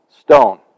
stone